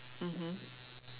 mmhmm